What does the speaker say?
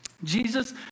Jesus